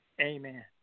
amen